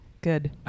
good